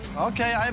Okay